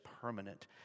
permanent